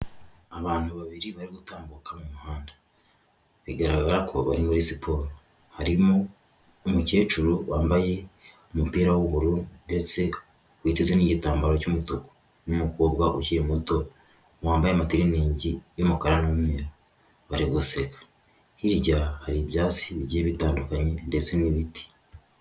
Abantu babiri bari gutambuka mu muhanda; bigaragara ko bari muri siporo. Harimo umukecuru wambaye umupira w'ubururu ndetse witeze n'igitambaro cy'umutuku n'umukobwa ukiri muto wambaye amatiriningi y'umukara n'umweru bari guseka. Hirya hari ibyatsi bigiye bitandukanye ndetse n'ibiti.